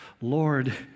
Lord